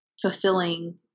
fulfilling